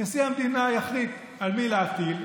נשיא המדינה יחליט על מי להטיל.